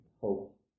hope